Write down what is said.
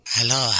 Hello